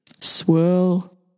Swirl